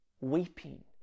weeping